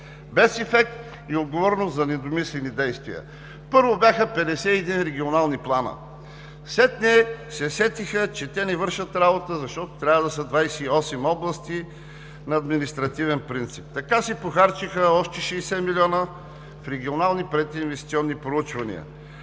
без ефект и отговорност за недомислени действия. Първо, 51 бяха регионалните планове. Сетне се сетиха, че те не вършат работа, защото трябваше 28 области да са на административен принцип. Така се похарчиха още 60 милиона в регионални прединвестиционни проучвания,